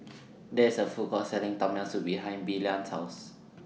There IS A Food Court Selling Tom Yam Soup behind Blaine's House